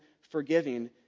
forgiving